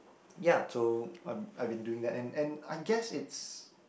ya so I've I've been doing that and and I guess it's